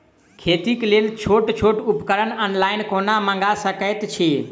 खेतीक लेल छोट छोट उपकरण ऑनलाइन कोना मंगा सकैत छी?